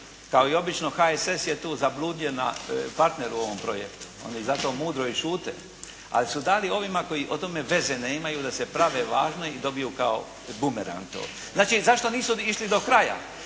Kao i obično HSS je tu zabluđen partner u ovom projektu, oni zato mudro i šute. Ali su dali ovima koji o tome veze nemaju da se prave važni i dobiju kao bumerang to. Znači, zašto nisu išli do kraja?